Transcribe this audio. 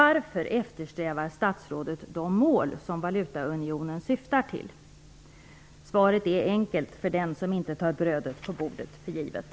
Varför eftersträvar statsrådet de mål som valutaunionen syftar till? Svaret är enkelt för den som inte tar brödet på bordet för givet.